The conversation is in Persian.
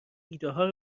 ایدهها